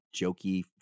jokey